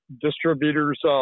Distributors